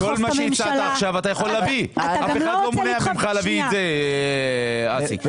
אתה יכול להביא את זה בחקיקה לכאן.